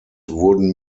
wurden